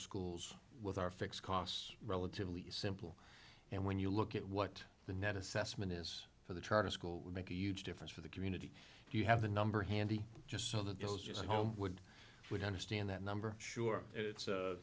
schools with our fixed costs relatively simple and when you look at what the net assessment is for the charter school would make a huge difference for the community if you have the number handy just so that those just homewood would understand that number sure it's